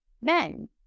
men